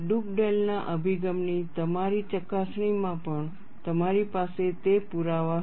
ડુગડેલના Dugdale's અભિગમની તમારી ચકાસણીમાં પણ તમારી પાસે તે પુરાવા હતા